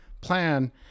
plan